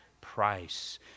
price